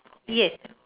ye~